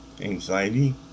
anxiety